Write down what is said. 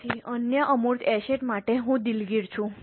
તેથી અન્ય અમૂર્ત એસેટ માટે હું દિલગીર છું